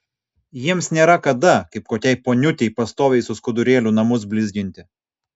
jiems nėra kada kaip kokiai poniutei pastoviai su skudurėliu namus blizginti